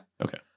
Okay